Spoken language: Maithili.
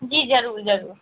जी जरूर जरूर